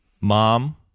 mom